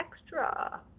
extra